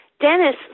Dennis